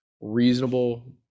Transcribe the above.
reasonable